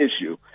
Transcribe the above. issue